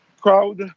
crowd